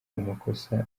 amakosa